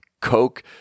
Coke